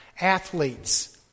athletes